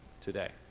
today